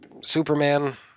Superman